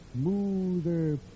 smoother